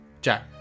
Jack